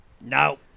No